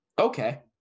Okay